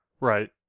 Right